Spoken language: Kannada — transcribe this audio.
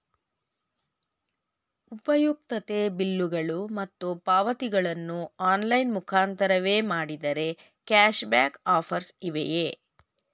ಉಪಯುಕ್ತತೆ ಬಿಲ್ಲುಗಳು ಮತ್ತು ಪಾವತಿಗಳನ್ನು ಆನ್ಲೈನ್ ಮುಖಾಂತರವೇ ಮಾಡಿದರೆ ಕ್ಯಾಶ್ ಬ್ಯಾಕ್ ಆಫರ್ಸ್ ಇವೆಯೇ?